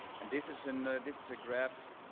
and this is and this is a graph